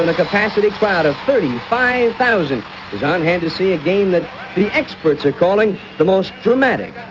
and capacity crowd of thirty five thousand is on hand to see a game that the experts are calling the most dramatic,